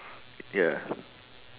ya